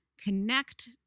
connect